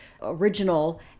original